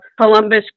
columbus